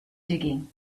digging